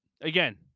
again